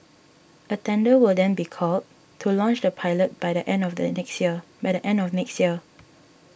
a tender will then be called to launch the pilot by the end of next year